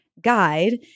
guide